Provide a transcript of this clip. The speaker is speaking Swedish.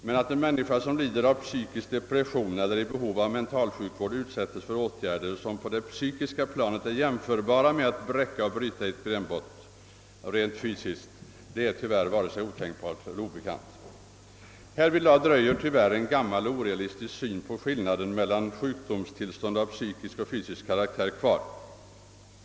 Men att en människa, som lider av psykisk depression eller är i behov av mentalsjukvård, utsättes för åtgärder som på det psykiska planet är jämförbara med att bräcka och bryta i ett benbrott rent fysiskt är tyvärr varken otänkbart eller obekant. Härvidlag dröjer tyvärr kvar en gammal och orealistisk syn på skillnaden mellan olika sjukdomstillstånd av psykisk och fysisk karaktär.